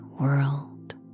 world